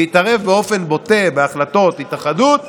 להתערב באופן בוטה בהחלטות התאחדות אסור.